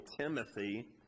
timothy